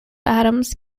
atoms